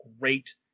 great